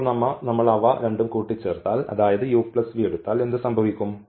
ഇപ്പോൾ നമ്മൾ അവ ചേർത്താൽ അതായത് u v എടുത്താൽ എന്ത് സംഭവിക്കും